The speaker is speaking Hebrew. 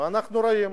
אנחנו רואים